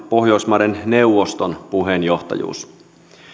pohjoismaiden neuvoston suomen puheenjohtajuus